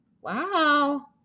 wow